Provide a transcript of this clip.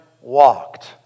walked